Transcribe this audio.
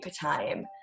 time